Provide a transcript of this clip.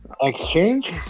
Exchange